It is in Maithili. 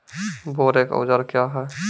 बोरेक औजार क्या हैं?